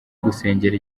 gusengera